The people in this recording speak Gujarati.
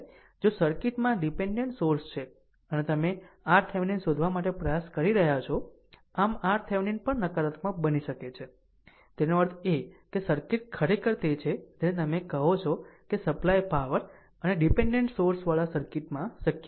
જો સર્કિટમાં ડીપેનડેન્ટ સોર્સ છે અને તમે RThevenin શોધવા માટે પ્રયાસ કરી રહ્યાં છો આમ RThevenin પણ નકારાત્મક બની શકે છે તેનો અર્થ એ કે સર્કિટ ખરેખર તે છે જેને તમે કહો છો કે સપ્લાય પાવર અને ડીપેનડેન્ટ સોર્સવાળા સર્કિટમાં શક્ય છે